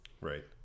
Right